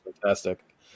Fantastic